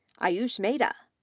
ayush mehta,